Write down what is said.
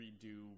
redo